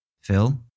Phil